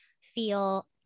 feel